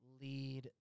lead